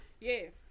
Yes